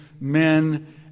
men